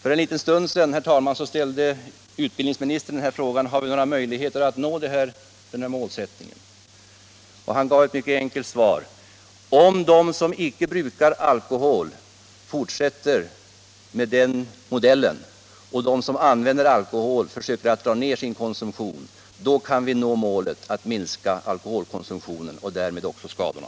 För en liten stund sedan ställde utbildningsministern frågan: Har vi några möjligheter att nå den här målsättningen? Han gav ett mycket enkelt svar som jag vill instämma i: Om de som icke brukar alkohol fortsätter med den modellen och om de som använder alkohol försöker dra ned sin konsumtion, då kan vi nå målet — att minska alkoholkonsumtionen och därmed också skadorna.